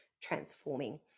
transforming